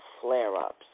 flare-ups